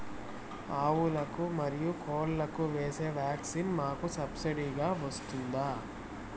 ఆవులకు, మరియు కోళ్లకు వేసే వ్యాక్సిన్ మాకు సబ్సిడి గా వస్తుందా?